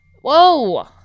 whoa